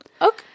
Okay